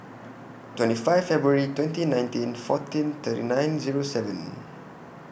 twenty five February twenty nineteen fourteen thirty nine Zero seven